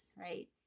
right